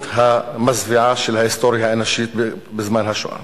המזוויעה של ההיסטוריה האנושית בזמן השואה,